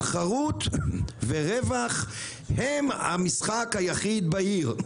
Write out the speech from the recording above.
תחרות ורווח הם המשחק היחיד בעיר.